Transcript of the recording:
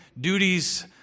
duties